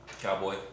Cowboy